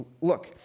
Look